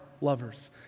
lovers